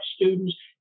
students